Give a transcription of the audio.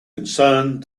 concerned